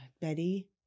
Betty